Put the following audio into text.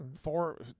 four